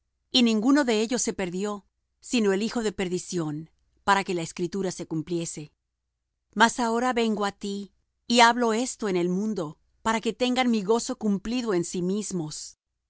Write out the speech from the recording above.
y ninguno de ellos se perdió sino el hijo de perdición para que la escritura se cumpliese mas ahora vengo á ti y hablo esto en el mundo para que tengan mi gozo cumplido en sí mismos